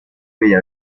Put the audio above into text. bella